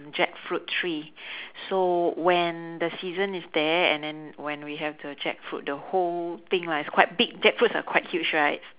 jackfruit tree so when the season is there and then when we have the jackfruit the whole thing lah it's quite big jackfruits are quite huge right